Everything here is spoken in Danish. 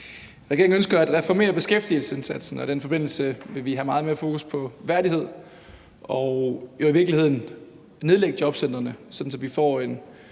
Regeringen ønsker at reformere beskæftigelsesindsatsen, og i den forbindelse vil vi have meget mere fokus på værdighed og jo i virkeligheden nedlægge jobcentrene, sådan at vi får en